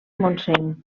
montseny